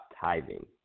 tithing